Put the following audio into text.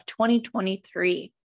2023